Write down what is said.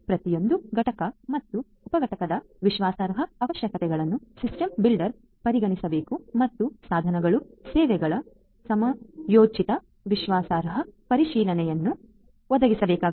ಪ್ರತಿಯೊಂದು ಘಟಕ ಮತ್ತು ಉಪ ಘಟಕದ ವಿಶ್ವಾಸಾರ್ಹ ಅವಶ್ಯಕತೆಗಳನ್ನು ಸಿಸ್ಟಮ್ ಬಿಲ್ಡರ್ ಪರಿಗಣಿಸಬೇಕು ಮತ್ತು ಸಾಧನಗಳು ಮತ್ತು ಸೇವೆಗಳ ಸಮಯೋಚಿತ ವಿಶ್ವಾಸಾರ್ಹ ಪರಿಶೀಲನೆಯನ್ನು ಒದಗಿಸಬೇಕಾಗುತ್ತದೆ